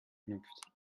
knüpft